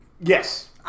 Yes